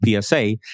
PSA